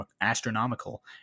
astronomical